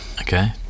Okay